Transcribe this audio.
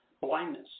blindness